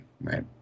right